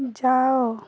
ଯାଅ